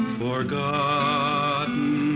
forgotten